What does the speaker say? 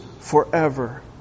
forever